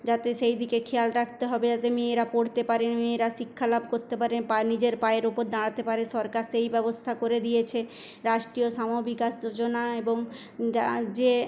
যাতে সেই দিকে খেয়াল রাখতে হবে যাতে মেয়েরা পড়তে পারে মেয়েরা শিক্ষালাভ করতে পারে বা নিজের পায়ের ওপর দাঁড়াতে পারে সরকার সেই ব্যবস্থা করে দিয়েছে রাষ্ট্রীয় সমবিকাশ যোজনা এবং যা যে